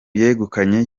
yegukanye